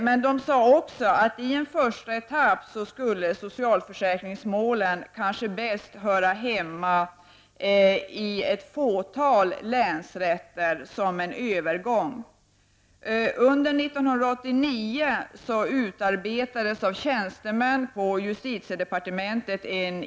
Men domstolsverket ansåg också att socialförsäkringsmålen vid övergången i en första etapp kanske bäst skulle höra hemma i ett fåtal länsrätter. Under 1989 utarbetades en idéskiss av tjänstemän på justitiedepartementet.